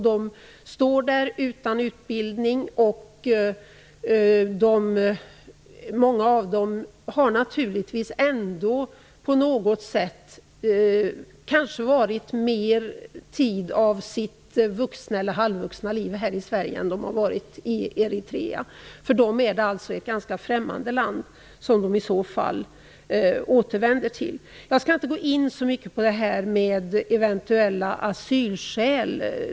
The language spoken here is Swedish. De står utan utbildning, och många av dem har varit större del av sitt vuxna eller halvvuxna liv här i Sverige än i Eritrea. För dem är det alltså ett ganska främmande land som de i så fall återvänder till. Jag skall inte gå in så mycket på frågan om eventuella asylskäl.